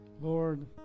Lord